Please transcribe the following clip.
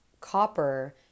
copper